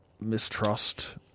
mistrust